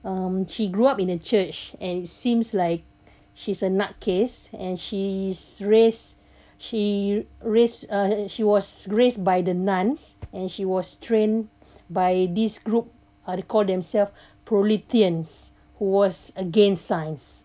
um she grew up in a church and seems like she's a nutcase and she's raised she raised uh she was raised by the nuns and she was trained by this group they call themselves prolethean who was again science